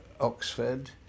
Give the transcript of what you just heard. Oxford